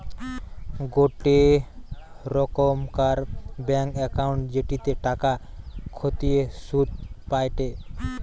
গোটে রোকমকার bank account জেটিতে টাকা খতিয়ে শুধ পায়টে